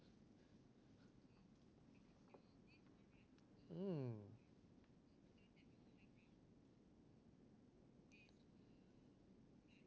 mm